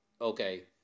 okay